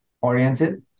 oriented